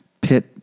pit